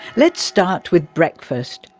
let's start with breakfast.